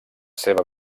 seva